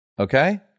Okay